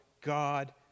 God